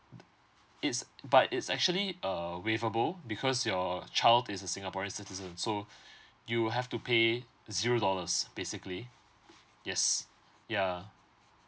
it's but it's actually uh waivable because your child is a singaporean citizen so you'll have to pay zero dollars basically yes yeah